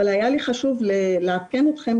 אבל היה לי חשוב לעדכן אתכם,